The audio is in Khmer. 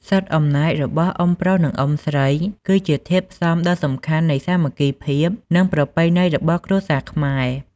សិទ្ធិអំណាចរបស់អ៊ុំប្រុស និងអ៊ុំស្រី គឺជាធាតុផ្សំដ៏សំខាន់នៃសាមគ្គីភាព និងប្រពៃណីរបស់គ្រួសារខ្មែរ។